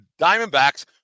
Diamondbacks